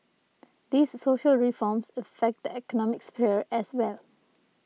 these social reforms affect the economic sphere as well